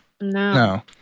No